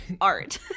art